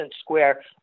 square